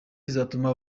izatuma